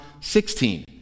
16